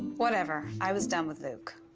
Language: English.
whatever. i was done with luke.